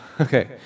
Okay